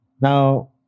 Now